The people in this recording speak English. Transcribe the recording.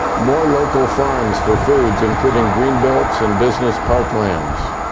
more local farms for foods, including green belts and business parklands.